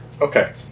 Okay